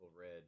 Red